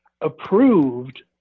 approved